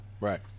right